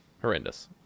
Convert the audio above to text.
horrendous